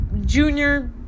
Junior